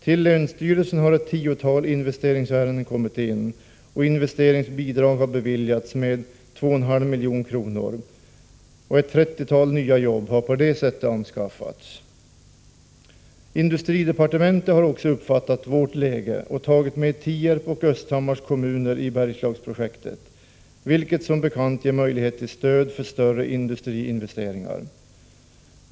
Till länsstyrelsen har ett tiotal investeringsärenden kommit in, och investeringsbidrag har beviljats med 2,5 milj.kr. Ett trettiotal nya jobb har på det sättet anskaffats. Industridepartementet har också uppfattat vårt läge och tagit med Tierp och Östhammars kommuner i Bergslagsprojektet, vilket som bekant ger möjlighet till stöd för större industriinvesteringar.